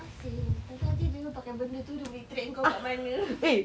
apa seh entah-entah nanti dia pakai benda tu dia boleh track kau dekat mana